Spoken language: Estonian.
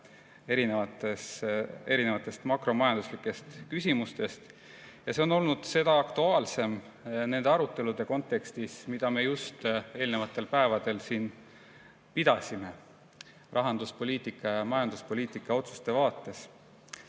erinevatest makromajanduslikest küsimustest. See on olnud seda aktuaalsem nende arutelude kontekstis, mida me just eelnenud päevadel siin pidasime rahanduspoliitika ja majanduspoliitika otsuste vaates. Ma